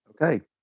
Okay